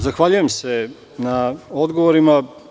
Zahvaljujem se na odgovorima.